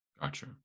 Gotcha